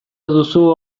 duzu